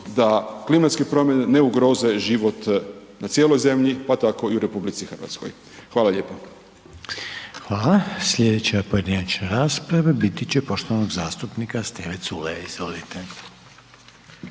da klimatske promjene ne ugroze život na cijeloj Zemlji, pa tako i u RH. Hvala lijepo. **Reiner, Željko (HDZ)** Hvala. Slijedeća pojedinačna rasprava biti će poštovanog zastupnika Steve Culeja, izvolite.